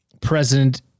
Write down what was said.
president